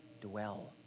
dwell